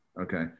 okay